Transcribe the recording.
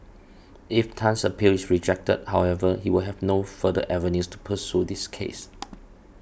if Tan's appeal is rejected however he will have no further avenues to pursue his case